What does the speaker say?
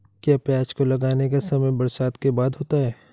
क्या प्याज को लगाने का समय बरसात के बाद होता है?